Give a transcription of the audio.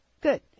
good